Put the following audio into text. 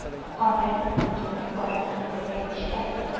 Online गुंतवणूक करण्यासाठी प्रक्रिया कशी आहे?